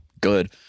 good